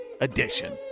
edition